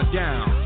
down